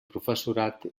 professorat